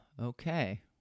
Okay